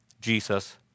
Jesus